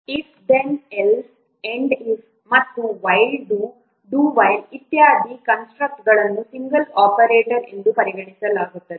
if then else end if ಮತ್ತು while do do while ಇತ್ಯಾದಿ ಕನ್ಸ್ಟ್ರಕ್ಟ್ಗಳನ್ನು ಸಿಂಗಲ್ ಆಪರೇಟರ್ ಎಂದು ಪರಿಗಣಿಸಲಾಗುತ್ತದೆ